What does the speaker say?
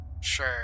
Sure